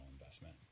investment